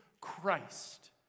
Christ